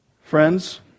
Friends